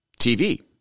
TV